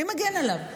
מי מגן עליו?